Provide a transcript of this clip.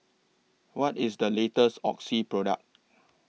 What IS The latest Oxy Product